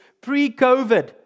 pre-COVID